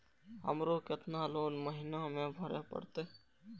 हमरो केतना लोन महीना में भरे परतें?